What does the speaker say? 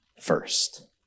First